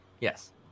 Yes